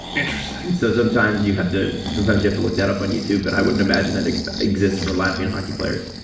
interesting. so sometimes you have to sometimes you have to look that up on youtube. but i wouldn't imagine that exists for latvian hockey players.